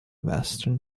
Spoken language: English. western